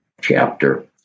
chapter